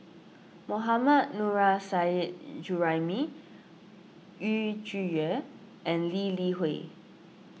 Mohammad Nurrasyid Juraimi Yu Zhuye and Lee Li Hui